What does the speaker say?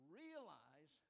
realize